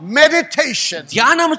meditation